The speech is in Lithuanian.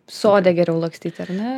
sode geriau lakstyt ar ne